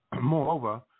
Moreover